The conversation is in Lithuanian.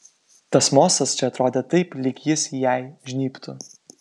tas mostas čia atrodė taip lyg jis jai žnybtų